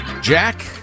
jack